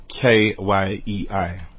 k-y-e-i